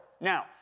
Now